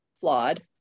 flawed